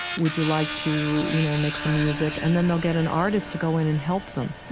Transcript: would you like to you know make some music? and then they'll get an artist to go in and help them.